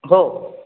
हो